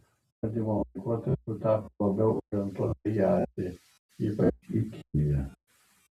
rusija putino valdymo laikotarpiu tapo labiau orientuota į aziją ypač į kiniją